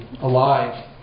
alive